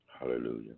Hallelujah